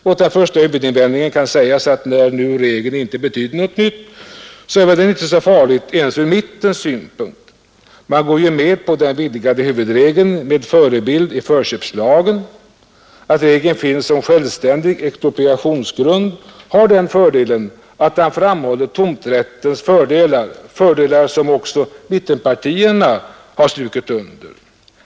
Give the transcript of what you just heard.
Mot den första huvudinvändningen kan sägas att när nu regeln inte betyder något nytt är den väl inte farlig ens från mittens synpunkt. Man går ju med på den vidgade huvudregeln med förebild i förköpslagen. Att regeln finns som självständig expropriationsgrund har den förtjänsten att det framhåller tomträttens fördelar — fördelar som också mittenpartierna har strukit under.